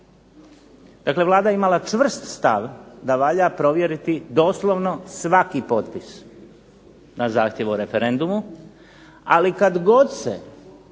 Dakle Vlada je imala čvrst stav da valja provjeriti doslovno svaki potpis na zahtjev o referendumu, ali kad god se